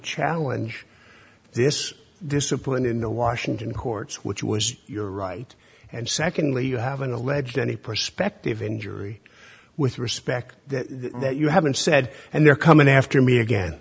challenge this discipline in the washington courts which was your right and secondly you have an alleged any prospective injury with respect that that you haven't said and they're coming after me again